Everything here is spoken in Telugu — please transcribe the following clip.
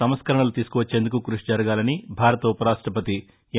సంస్కరణలు తీసుకువచ్చేందుకు కృషి జరగాలని భారత ఉపరాష్టపతి ఎం